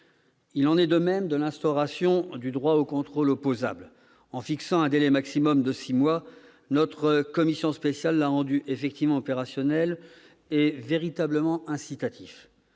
ce qui est de l'instauration du droit au contrôle opposable, en fixant un délai maximal de six mois, la commission spéciale l'a rendu effectivement opérationnel et véritablement incitatif.